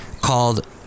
called